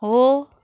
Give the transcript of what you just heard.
हो